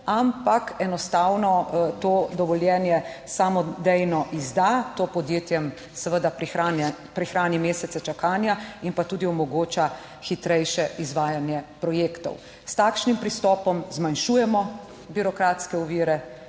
ampak enostavno to dovoljenje samodejno izda. To podjetjem seveda prihrani mesece čakanja in pa tudi omogoča hitrejše izvajanje projektov. S takšnim pristopom zmanjšujemo birokratske ovire,